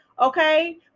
Okay